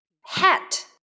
Hat